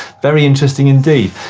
very interesting indeed.